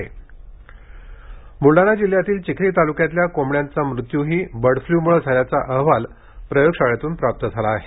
bird flu Buldhana जिल्ह्यातील चिखली तालक्यातील कोंबड्या चा मृत्यू ही बर्ड फ्लू मुळे झाल्याचा अहवाल प्रयोग शाळेतून प्राप्त झाला आहे